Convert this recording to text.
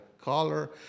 color